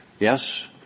Yes